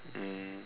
um